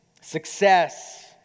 Success